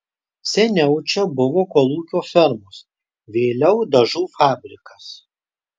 seniau čia buvo kolūkio fermos vėliau dažų fabrikas